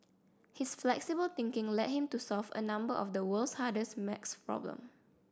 his flexible thinking led him to solve a number of the world's hardest maths problem